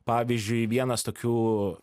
pavyzdžiui vienas tokių